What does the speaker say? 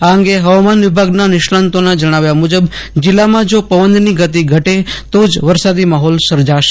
આ અંગે હવામાન વિભાગના નિષ્ણાતોના જણાવ્યા અનુસાર જીલ્લામાં જો પવનની ગતિ ઘટે તો જ વરસાદી માહોલ સર્જાશે